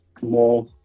more